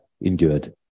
endured